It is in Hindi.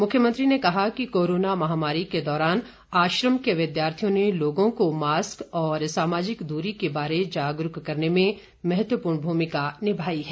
मुख्यमंत्री ने कहा कि कोरोना महामारी के दौरान आश्रम के विद्यार्थियों ने लोगों को मास्क और सामाजिक दूरी के बारे जागरूक करने के महत्वपूर्ण भूमिका निभाई है